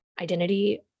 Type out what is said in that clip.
identity